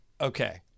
Okay